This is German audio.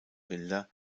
bilder